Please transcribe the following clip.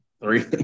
three